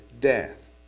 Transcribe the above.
death